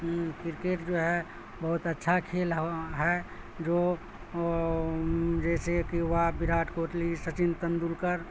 cricket جو ہے بہت اچھا کھیل ہے جو جیسے کہ وہ وراٹ کوہلی سچن تیندولکر